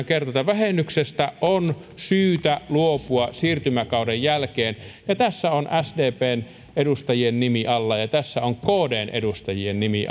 kertoi että vähennyksestä on syytä luopua siirtymäkauden jälkeen ja tässä on sdpn edustajien nimet alla ja tässä on kdn edustajan nimi